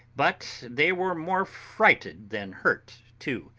but they were more frighted than hurt too,